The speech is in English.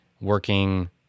working